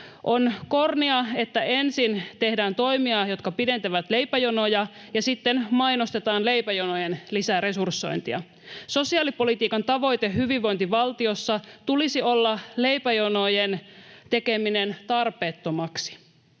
On kornia, että ensin tehdään toimia, jotka pidentävät leipäjonoja, ja sitten mainostetaan leipäjonojen lisäresursointia. Sosiaalipolitiikan tavoite hyvinvointivaltiossa tulisi olla leipäjonojen tekeminen tarpeettomaksi.